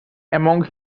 among